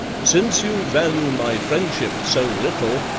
since you value my friendship so little,